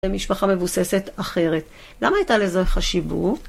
ומשפחה מבוססת אחרת. למה הייתה לזה החשיבות?